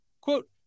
quote